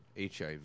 HIV